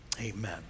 Amen